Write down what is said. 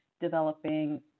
developing